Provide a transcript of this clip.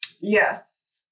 Yes